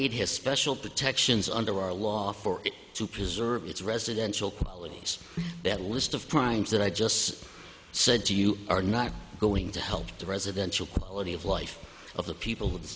e his special protections under our law for it to preserve its residential probably that list of crimes that i just said to you are not going to help the residential quality of life of the people